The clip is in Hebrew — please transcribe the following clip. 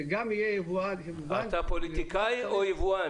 שגם יהיה יבואן --- אתה פוליטיקאי או יבואן?